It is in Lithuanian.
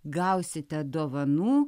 gausite dovanų